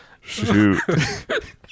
Shoot